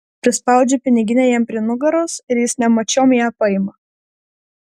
prispaudžiu piniginę jam prie nugaros ir jis nemačiom ją paima